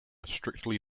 strictly